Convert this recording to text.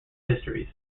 histories